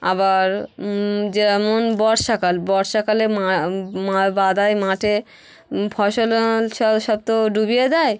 আবার যেমন বর্ষাকাল বর্ষাকালে ময়া ম বাদাই মাঠে ফসল ছ সব তো ডুবিয়ে দেয়